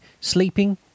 sleeping